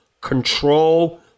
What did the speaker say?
control